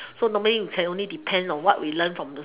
so normally we can only depend on what we learn from the